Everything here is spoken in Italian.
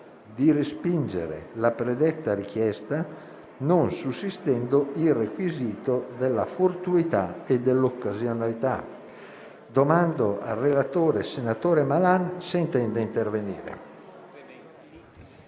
di respingere la predetta richiesta non sussistendo il requisito della fortuità e occasionalità. Chiedo al relatore, senatore Malan, se intende intervenire.